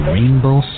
Rainbow